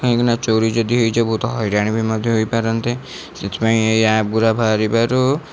କାହିଁକି ନା ଚୋରି ଯଦି ହେଇଯିବ ବହୁତ ହଇରାଣ ବି ମଧ୍ୟ ହୋଇପାରନ୍ତି ସେଥିପାଇଁ ଏହି ଆପ ଗୁରା ବାହାରିବାରୁ